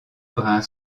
brun